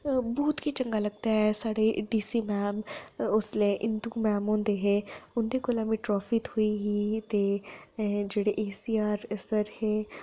बहुत गे चंगा लगदा ऐ साढ़े डी सी मैम उसलै इंदू मैम होंदे हे उंदे कोला मिगी ट्राफी थ्होई ही ते जेह्ड़े ए सी आर सर हे